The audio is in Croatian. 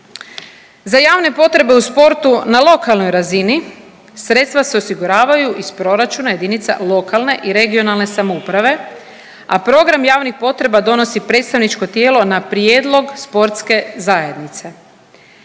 Za javne potrebe u sportu na lokalnoj razini sredstva se osiguravaju iz proračuna jedinica lokalne i regionalne samouprave, a program javnih potreba donosi predstavničko tijelo na prijedlog sportske zajednice.